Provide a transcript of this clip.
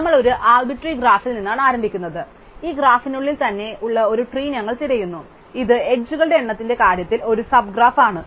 നമ്മൾ ഒരു ആര്ബിട്രേറി ഗ്രാഫിൽ നിന്നാണ് ആരംഭിക്കുന്നത് ഈ ഗ്രാഫിനുള്ളിൽ തന്നെ ഉള്ള ഒരു ട്രീ ഞങ്ങൾ തിരയുന്നു ഇത് അരികുകളുടെ എണ്ണത്തിന്റെ കാര്യത്തിൽ ഒരു സബ് ഗ്രാഫ് ആണ്